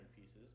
pieces